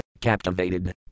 captivated